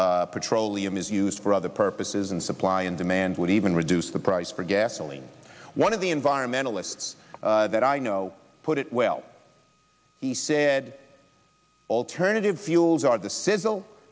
buildings petroleum is used for other purposes and supply and demand would even reduce the price for gasoline one of the environmentalists that i know put it well he said alternative fuels are the sizzle